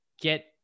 get